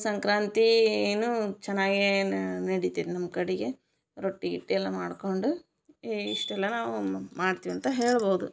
ಸಂಕ್ರಾಂತಿನು ಚೆನ್ನಾಗೇನೆ ನಡಿತೈತೆ ನಮ್ಮ ಕಡೆಗೆ ರೊಟ್ಟಿ ಗಿಟ್ಟಿ ಎಲ್ಲ ಮಾಡಿಕೊಂಡು ಈ ಇಷ್ಟೆಲ್ಲ ನಾವು ಮಾಡ್ತೀವಂತ ಹೇಳ್ಬೋದು